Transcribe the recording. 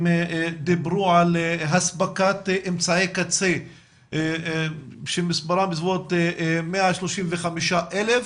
דיברו על הספקת אמצעי קצה בסביבות 135,000,